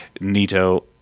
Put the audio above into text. Nito